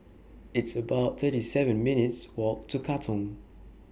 It's about thirty seven minutes' Walk to Katong